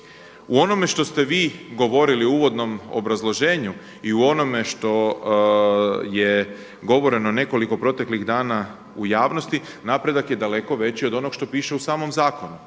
U onome što ste vi govorili u uvodnom obrazloženju i u onome što je govoreno nekoliko proteklih dana u javnosti, napredak je daleko veći od onog što piše u samom zakonu.